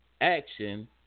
action